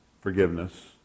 Forgiveness